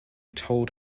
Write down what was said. told